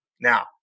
Now